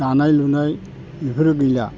दानाय लुनाय बेफोरो गैला